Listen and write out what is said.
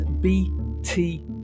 bt